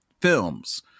films